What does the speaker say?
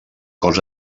cos